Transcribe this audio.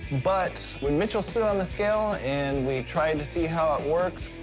but when mitchell stood on the scale and we tried to see how it works,